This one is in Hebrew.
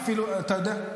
אתה יודע?